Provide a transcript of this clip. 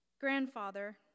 Grandfather